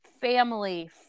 family